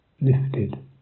lifted